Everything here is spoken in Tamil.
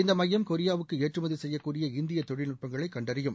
இந்த மையம் கொரியாவுக்கு ஏற்றுமதி செய்யக்கூடிய இந்திய தொழில்நுட்பங்களை கண்டறியும்